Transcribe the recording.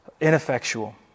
ineffectual